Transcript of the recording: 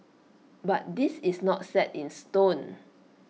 but this is not set in stone